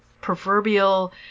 proverbial